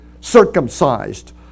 circumcised